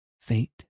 Fate